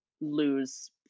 lose